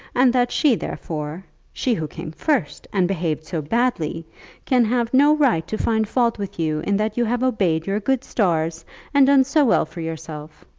and that she therefore she who came first and behaved so badly can have no right to find fault with you in that you have obeyed your good stars and done so well for yourself.